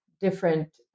Different